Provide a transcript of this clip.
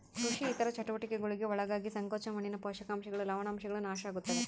ಕೃಷಿ ಇತರ ಚಟುವಟಿಕೆಗುಳ್ಗೆ ಒಳಗಾಗಿ ಸಂಕೋಚ ಮಣ್ಣಿನ ಪೋಷಕಾಂಶಗಳು ಲವಣಾಂಶಗಳು ನಾಶ ಆಗುತ್ತವೆ